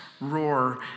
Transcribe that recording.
roar